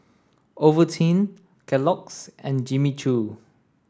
Ovaltine Kellogg's and Jimmy Choo